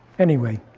anyway,